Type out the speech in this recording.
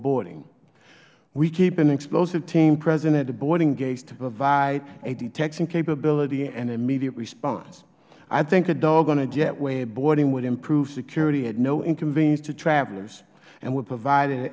boarding we keep an explosive team present at the boarding gates to provide a detection capability and immediate response i think a dog on a jetway at boarding would improve security at no inconvenience to travelers and would provide an